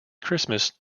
christmas